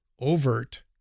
overt